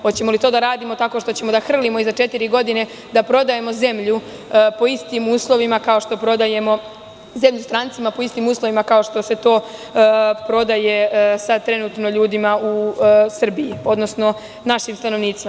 Hoćemo li to da radimo tako što ćemo da hrlimo i za četiri godine da prodajemo zemlju po istim uslovima kao što prodajemo zemlju strancima po istim uslovima kao što se to prodaje sad trenutno ljudima u Srbiji, odnosno našim stanovnicima.